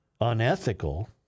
Unethical